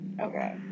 Okay